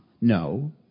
No